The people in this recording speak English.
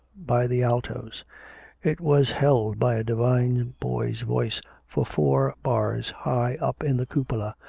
by the altos it was held by a divine boy's voice for four bars high up in the cupola,